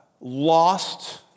lost